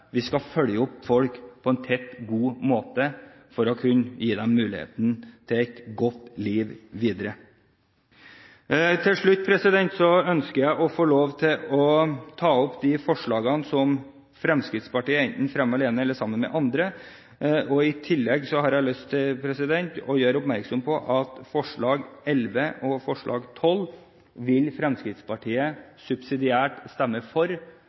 Vi skal følge opp folk på en tett og god måte for å kunne gi dem muligheten til et godt liv videre. Til slutt ønsker jeg å ta opp de forslagene som Fremskrittspartiet enten fremmer alene eller sammen med andre. I tillegg har jeg lyst til å gjøre oppmerksom på at forslag nr. 11 og forslag nr. 12 vil Fremskrittspartiet subsidiært stemme for,